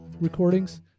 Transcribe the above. recordings